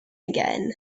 again